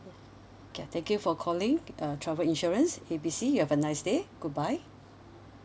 okay thank you for calling uh travel insurance A B C you have a nice day goodbye